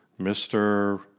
Mr